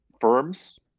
firms